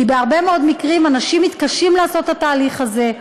כי בהרבה מאוד מקרים אנשים מתקשים לעשות את התהליך הזה,